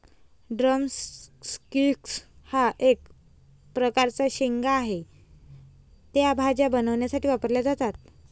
drum sticks हा एक प्रकारचा शेंगा आहे, त्या भाज्या बनवण्यासाठी वापरल्या जातात